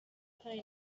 pine